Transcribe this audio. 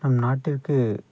நம் நாட்டிற்கு